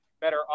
better